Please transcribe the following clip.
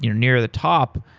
near near the top,